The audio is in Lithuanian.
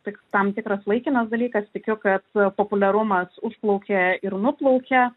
tik tam tikras laikinas dalykas tikiu kad populiarumas užplaukia ir nuplaukia